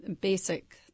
basic